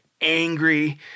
angry